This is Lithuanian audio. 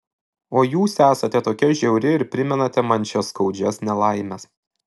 o jūs esate tokia žiauri ir primenate man šias skaudžias nelaimes